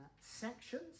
sections